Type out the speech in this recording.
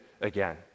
again